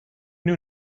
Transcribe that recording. knew